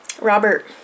robert